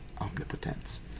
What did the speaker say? omnipotence